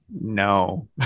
no